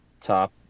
top